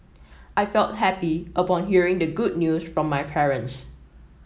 I felt happy upon hearing the good news from my parents